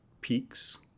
peaks